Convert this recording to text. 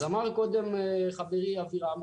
אז אמר קודם חברי אבירם,